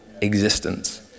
existence